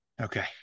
Okay